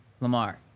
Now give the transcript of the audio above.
Lamar